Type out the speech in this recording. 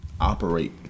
operate